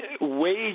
wage